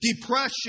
depression